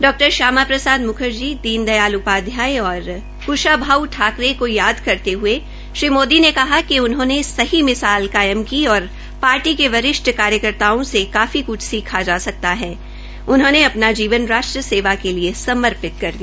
डॉ श्यामा प्रसाद म्खर्जी दीन दयाल उपाध्याय और कुशाभाऊ ठाकरे को याद करते हये श्री मोदी ने कहा कि उन्होंने सही मिसाल कायम की और पार्टी के वरिष्ठ कार्यकर्ताओं से काफी कुछ सीखा जा सकता है जिन्होंने अपना जीवन राष्ट्र सेवा के लिए समर्पित कर दिया